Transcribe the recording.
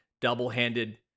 double-handed